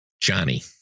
Johnny